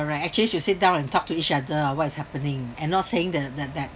correct actually should sit down and talk to each other ah what is happening I'm not saying the that that